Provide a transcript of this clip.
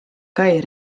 kai